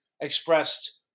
expressed